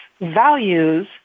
values